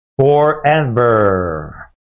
forever